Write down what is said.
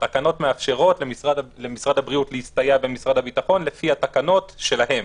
התקנות מאפשרות למשרד הבריאות להסתייע במשרד הביטחון לפי התקנות שלהם,